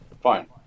Fine